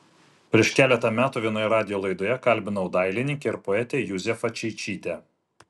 prieš keletą metų vienoje radijo laidoje kalbinau dailininkę ir poetę juzefą čeičytę